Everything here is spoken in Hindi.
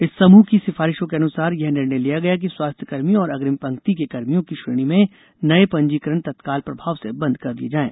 इस समूह की सिफारिशों के अनुसार यह निर्णय लिया गया की स्वास्थ्य कर्मियों और अग्रिम पंक्ति के कर्मियों की श्रेणी में नए पंजीकरण तत्काल प्रभाव से बंद कर दिये जायें